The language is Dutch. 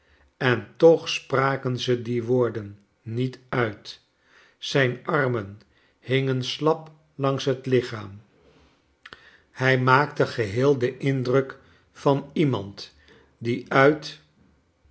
en toch spraken ze die woorden niet uit zijn armen hingen slap langs het lichaam hij maakte geheel den indruk van iemand die uit